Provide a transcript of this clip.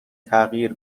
تغییر